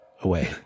away